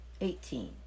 eighteen